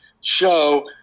show